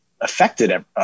affected